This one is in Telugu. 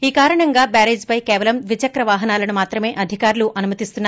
ఈ కారణంగా బ్యారేజీపై కేవలం ద్విచక్రవాహనాలను మాత్రమే అధికారులు అనుమతిస్తున్నారు